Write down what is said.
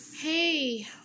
Hey